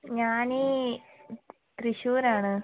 ഞാൻ ഈ തൃശ്ശൂരാണ്